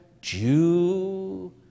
Jew